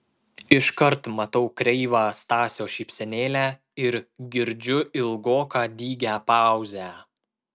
iškart matau kreivą stasio šypsenėlę ir girdžiu ilgoką dygią pauzę